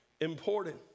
important